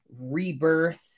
rebirth